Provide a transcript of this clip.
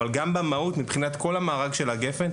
אבל גם במהות מבחינת כל המארג של גפ"ן,